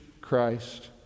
Christ